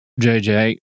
JJ